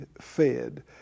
fed